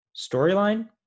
storyline